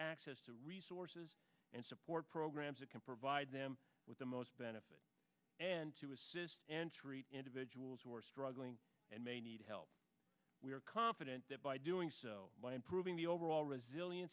access to resources and support programs that can provide them with the most benefit and to assist individuals who are struggling and may need help we are confident that by doing so by improving the overall resilien